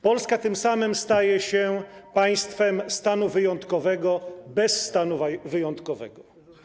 Polska tym samym staje się państwem stanu wyjątkowego bez stanu wyjątkowego.